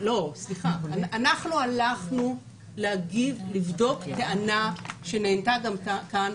אנחנו הלכנו לבדוק טענה שעלתה גם כאן,